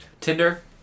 Tinder